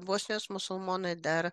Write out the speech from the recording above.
bosnijos musulmonai dar